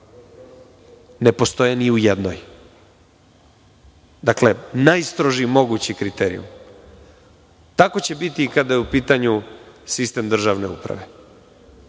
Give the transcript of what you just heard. ne postoje ni u jednoj. Dakle, najstrožiji mogući kriterijum. Tako će biti i kada je u pitanju sistem državne uprave. Zato